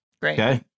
Great